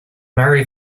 marry